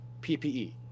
PPE